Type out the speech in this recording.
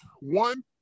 one